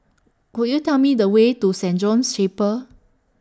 Could YOU Tell Me The Way to Saint John's Chapel